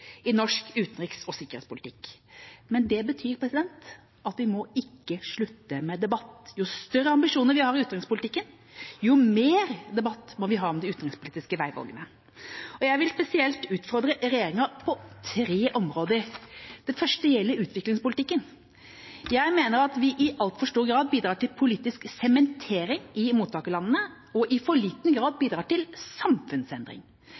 i norsk utenriks- og sikkerhetspolitikk, men det betyr ikke at vi må slutte med debatt. Jo større ambisjoner vi har i utenrikspolitikken, jo mer debatt må vi ha om de utenrikspolitiske veivalgene. Og jeg vil spesielt utfordre regjeringa på tre områder. Det første gjelder utviklingspolitikken. Jeg mener at vi i altfor stor grad bidrar til politisk sementering i mottakerlandene og i for liten grad bidrar til samfunnsendring.